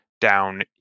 down